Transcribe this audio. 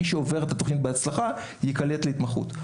מי שעובר את התוכנית בהצלחה, ייקלט להתמחות.